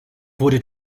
wurde